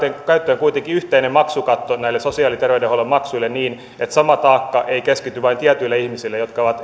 käyttöön kuitenkin yhteinen maksukatto näille sosiaali ja terveydenhuollon maksuille niin että sama taakka ei keskity vain tietyille ihmisille niille jotka ovat